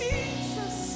Jesus